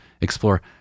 explore